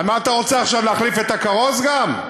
אז מה, אתה רוצה עכשיו להחליף את הכרוז גם?